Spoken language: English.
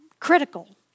critical